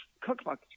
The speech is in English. cookbook